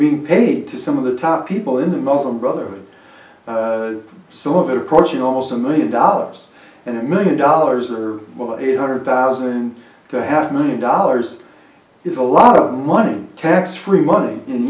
being paid to some of the top people in the muslim brotherhood some of approaching almost a million dollars and a million dollars or eight hundred thousand to half a million dollars is a lot of money tax free money in